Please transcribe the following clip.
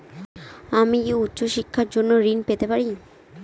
আমি কি উচ্চ শিক্ষার জন্য ঋণ পেতে পারি?